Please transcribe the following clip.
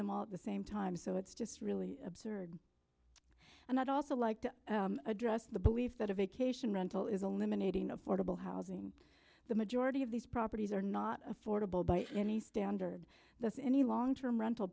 them all the same time so it's just really absurd and i'd also like to address the belief that a vacation rental is a limb in aiding a portable housing the majority of these properties are not affordable by any standard that any long term rental